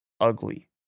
ugly